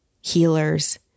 healers